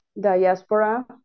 diaspora